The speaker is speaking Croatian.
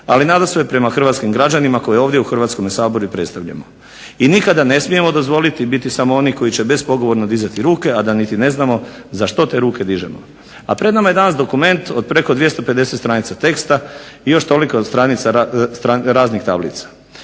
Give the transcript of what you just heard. ali nadasve prema hrvatskim građanima koji ovdje u Hrvatskom saboru i predstavljamo. I nikada ne smijemo dozvoliti biti samo oni koji će bespogovorno dizati ruke, a da niti ne znamo za što te ruke dižemo. A pred nama je danas dokument od preko 250 stranica teksta i još toliko stranica raznih tablica.